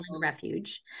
Refuge